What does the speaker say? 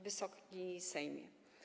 Wysoki Sejmie!